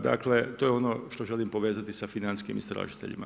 Dakle, to je ono što želim povezati sa financijskim istražiteljima.